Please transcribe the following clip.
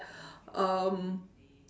um